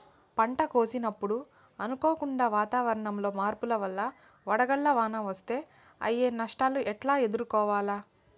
పంట కోసినప్పుడు అనుకోకుండా వాతావరణంలో మార్పుల వల్ల వడగండ్ల వాన వస్తే అయ్యే నష్టాలు ఎట్లా ఎదుర్కోవాలా?